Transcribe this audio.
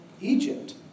Egypt